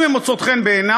אם הן מוצאות חן בעיניו,